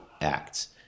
acts